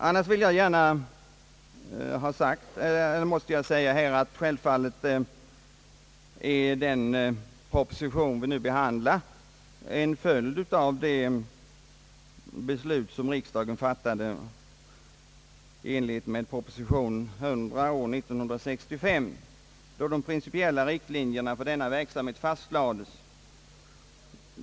Den proposition som vi nu behandlar är självfallet en följd av det beslut som riksdagen fattade i enlighet med propositionen nr 100 år 1965, då de principiella riktlinjerna för denna verksamhet fastlades.